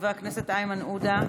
חבר הכנסת איימן עודה,